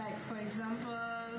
like for example